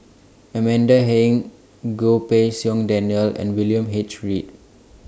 Amanda Heng Goh Pei Siong Daniel and William H Read